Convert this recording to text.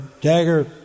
dagger